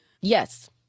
Yes